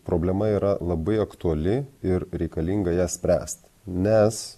problema yra labai aktuali ir reikalinga ją spręsti nes